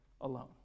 alone